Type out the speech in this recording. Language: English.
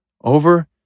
over